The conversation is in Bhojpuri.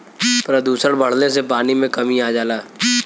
प्रदुषण बढ़ले से पानी में कमी आ जाला